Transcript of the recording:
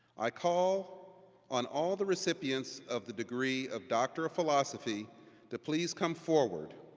i call on all the recipients of the degree of doctor of philosophy to please come forward.